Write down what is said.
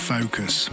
Focus